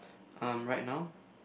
um right now